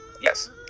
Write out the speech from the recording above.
Yes